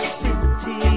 city